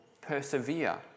persevere